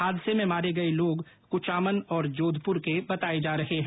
हादसे में मारे गये लोग कुचामन और जोधपुर के बताये जा रहे है